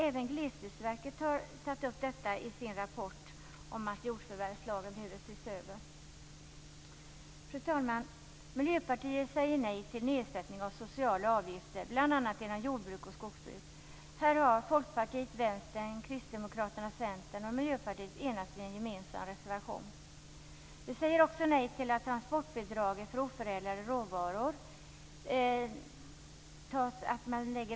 Även Glesbygdsverket har i sin rapport tagit upp att jordförvärvslagen behöver ses över. Fru talman! Miljöpartiet säger nej till nedsättning av sociala avgifter bl.a. inom jordbruk och skogsbruk. Här har Folkpartiet, Vänstern, Kristdemokraterna, Centern och Miljöpartiet enats i en gemensam reservation. Vi säger också nej till transportbidraget för oförädlade råvaror.